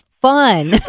fun